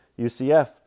UCF